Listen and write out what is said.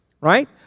right